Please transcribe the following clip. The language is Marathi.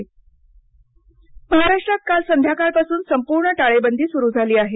राज्य टाळेबदी महाराष्ट्रात काल संद्याकाळपासून संपूर्ण टाळेबंदी सुरू झाली आहे